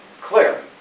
Claire